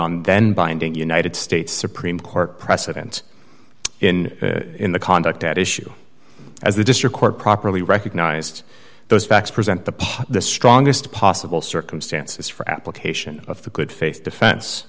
on then binding united states supreme court precedents in the conduct at issue as the district court properly recognized those facts present the the strongest possible circumstances for application of the good faith defense